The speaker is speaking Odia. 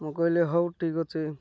ମୁଁ କହିଲି ହଉ ଠିକ୍ ଅଛେ